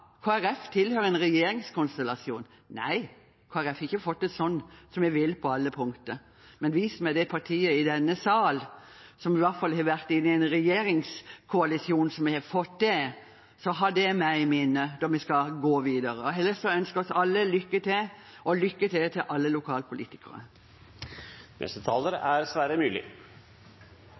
Folkeparti tilhører en regjeringskonstellasjon. Nei, Kristelig Folkeparti har ikke fått det sånn som vi vil på alle punkter. Men vis meg det partiet i denne sal som har vært i en regjeringskoalisjon som har fått det – så ha det med i minnet når vi skal gå videre. Ellers ønsker jeg oss alle lykke til, og lykke til til alle lokalpolitikere.